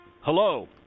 Hello